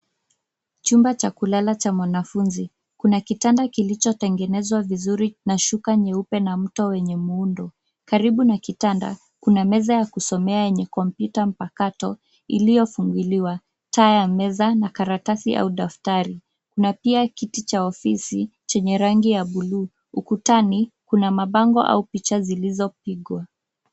Chumba cha kulala cha mwanafunzi. Kuna kitanda kilichotengenezwa vizuri na shuka nyeupe na mto wenye muundo. Karibu na kitanda, kuna meza ya kusomea yenye kompyuta mpakato iliyofunguliwa, taa ya meza na karatasi au daftari na pia kiti cha ofisi chenye rangi ya bluu. Ukutani, kuna mabango au picha zilizopigwa.